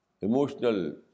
emotional